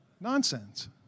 Nonsense